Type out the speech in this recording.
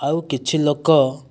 ଆଉ କିଛି ଲୋକ